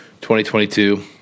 2022